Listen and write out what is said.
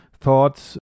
thoughts